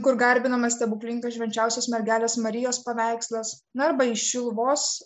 kur garbinamas stebuklingas švenčiauios mergelės marijos paveikslas arba į šiluvos